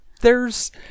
there's-